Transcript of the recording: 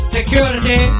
Security